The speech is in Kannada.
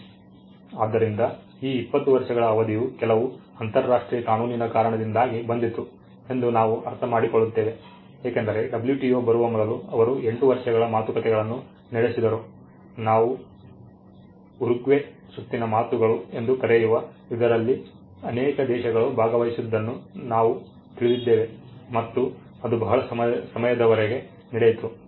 ಆದ್ದರಿಂದ ಈ 20 ವರ್ಷಗಳ ಅವಧಿಯು ಕೆಲವು ಅಂತರರಾಷ್ಟ್ರೀಯ ಕಾನೂನಿನ ಕಾರಣದಿಂದಾಗಿ ಬಂದಿತು ಎಂದು ನಾವು ಅರ್ಥಮಾಡಿಕೊಳ್ಳುತ್ತೇವೆ ಏಕೆಂದರೆ WTO ಬರುವ ಮೊದಲು ಅವರು 8 ವರ್ಷಗಳ ಮಾತುಕತೆಗಳನ್ನು ನಡೆಸಿದರು ನಾವು ಉರುಗ್ವೆ ಸುತ್ತಿನ ಮಾತುಗಳು ಎಂದು ಕರೆಯುವ ಇದರಲ್ಲಿ ಅನೇಕ ದೇಶಗಳು ಭಾಗವಹಿಸಿದ್ದನ್ನು ನಾವು ತಿಳಿದಿದ್ದೇವೆ ಮತ್ತು ಅದು ಬಹಳ ಸಮಯದವರೆಗೆ ನಡೆಯಿತು